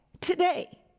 today